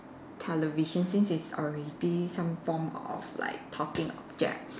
television since it's already some form of like talking object